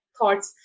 thoughts